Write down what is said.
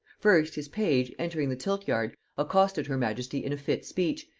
first, his page, entering the tilt-yard, accosted her majesty in a fit speech,